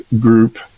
group